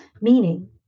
Meaning